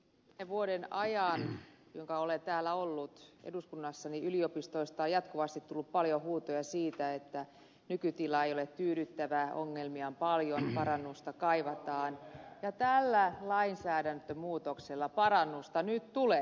kymmenen vuoden ajan jonka olen ollut täällä eduskunnassa yliopistoista on jatkuvasti tullut paljon huutoja siitä että nykytila ei ole tyydyttävä ongelmia on paljon parannusta kaivataan ja tällä lainsäädäntömuutoksella parannusta nyt tulee